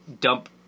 dump